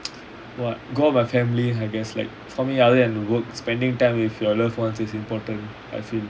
wha~ go out with my family I guess like for me other than work spending time with your loved ones is important I feel